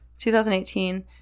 2018